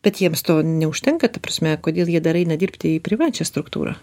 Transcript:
bet jiems to neužtenka ta prasme kodėl jie dar eina dirbti į privačią struktūrą